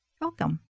Welcome